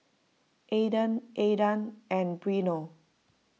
Adan Aidan and Brennon